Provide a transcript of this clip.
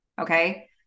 okay